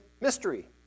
mystery